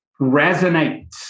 resonates